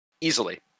easily